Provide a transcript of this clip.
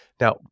Now